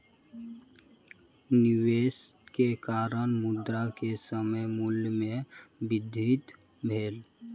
निवेश के कारण, मुद्रा के समय मूल्य में वृद्धि भेल